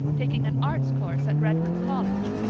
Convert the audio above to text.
taking an arts course at redmond college,